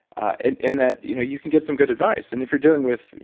and in that you know you can get some good advice and if you're dealing with,